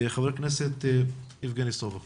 ח"כ יבגני סובה בבקשה.